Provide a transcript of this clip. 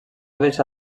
deixà